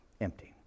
Empty